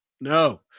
no